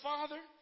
Father